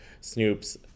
Snoop's